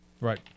Right